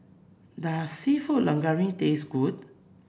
does seafood Linguine taste good